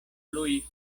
lui